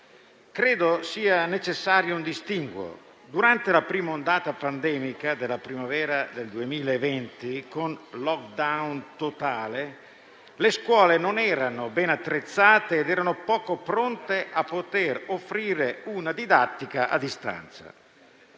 Credo sia necessario un distinguo: durante la prima ondata pandemica della primavera del 2020 con *lockdown* totale, le scuole non erano ben attrezzate ed erano poco pronte a offrire una didattica a distanza.